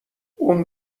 اون